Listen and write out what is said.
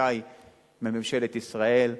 שי מממשלת ישראל,